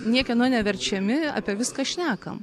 niekieno neverčiami apie viską šnekam